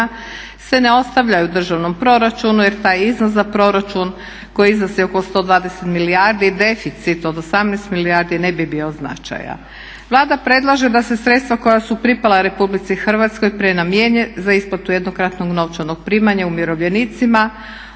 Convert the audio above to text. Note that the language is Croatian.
se ne ostavljaju državnom proračunu jer taj iznos za proračun koji iznosi oko 120 milijardi, deficit od 18 milijardi ne bi bio značajan. Vlada predlaže da se sredstva koja su pripala RH prenamijene za isplatu jednokratnog novčanog primanja umirovljenicima.